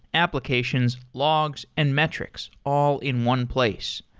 applications, logs and metrics all in one place.